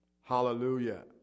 hallelujah